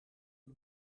het